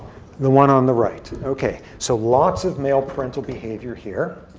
the one on the right. ok. so lots of male parental behavior here.